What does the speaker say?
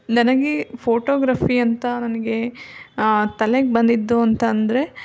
ನನಗೆ ಫೋಟೊಗ್ರಫಿ ಅಂತ ನನಗೆ ತಲೆಗೆ ಬಂದಿದ್ದು ಅಂತ ಅಂದರೆ